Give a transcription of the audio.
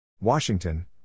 Washington